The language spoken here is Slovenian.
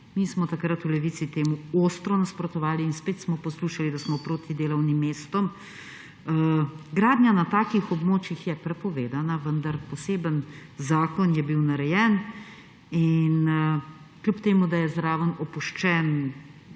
Mi smo takrat v Levici temu ostro nasprotovali in spet smo poslušali, da smo proti delovnim mestom. Gradnja na takih območjih je prepovedana, vendar, poseben zakon je bil narejen. Kljub temu da je zraven opuščen